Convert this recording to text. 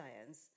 science